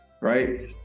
Right